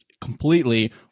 completely